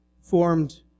formed